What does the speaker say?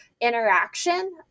interaction